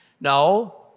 No